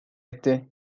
etti